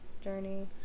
journey